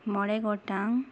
ᱢᱚᱬᱮ ᱜᱚᱴᱟᱝ